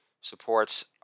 supports